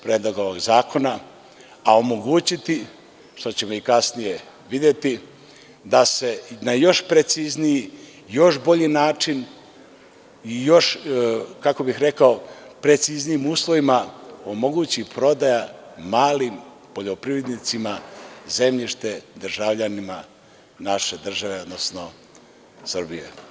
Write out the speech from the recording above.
Predloga zakona, a omogućiti što ćemo kasnije i videti da se na još precizniji, još bolji način, pod još preciznijim uslovima omogući prodaja malim poljoprivrednicima zemljište državljanima naše države odnosno Srbije.